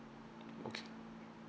okay